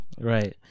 right